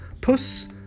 Puss